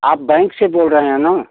आप बैंक से बोल रहे हैं न